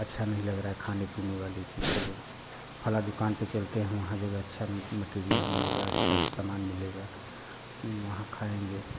अच्छा नहीं लग रहा है खाने पीने वाली चीज़ चलो फलां दुकान पर चलते हैं वहाँ जगह अच्छा मटेरियल मिलेगा अच्छा समान मिलेगा वहाँ खाएंगे